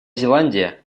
зеландия